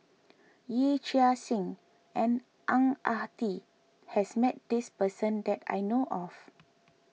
Yee Chia Hsing and Ang Ah Tee has met this person that I know of